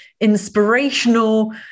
inspirational